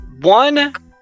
One